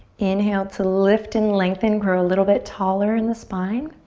inhale to lift and lengthen. grow a little bit taller in the spine.